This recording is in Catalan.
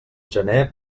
gener